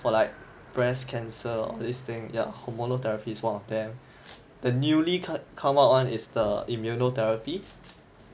for like breast cancer all these thing yeah hormonal therapy is one of them the newly come out one is the immunotherapy